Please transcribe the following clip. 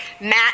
Matt